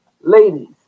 ladies